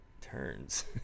turns